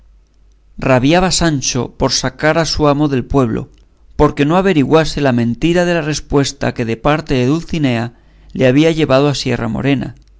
rabiaba sancho por sacar a su amo del pueblo porque no averiguase la mentira de la respuesta que de parte de dulcinea le había llevado a sierra morena